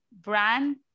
Brand